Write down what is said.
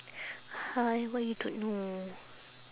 !huh! why you don't know